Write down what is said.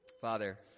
Father